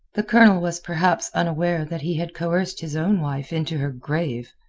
the colonel was perhaps unaware that he had coerced his own wife into her grave.